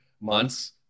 months